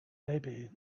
maybe